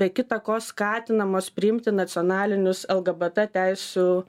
be kita ko skatinamos priimti nacionalinius lgbt teisių